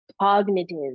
cognitive